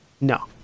No